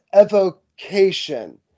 evocation